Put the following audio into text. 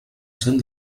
cent